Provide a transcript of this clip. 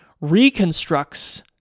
reconstructs